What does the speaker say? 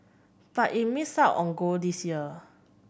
but it missed out on gold this year